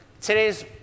today's